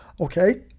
okay